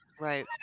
Right